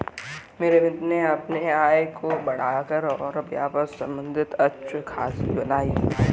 मेरे मित्र ने अपने आय को बढ़ाकर और व्यय को कम करके अपनी सेविंग्स में अच्छा खासी बढ़ोत्तरी की